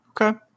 Okay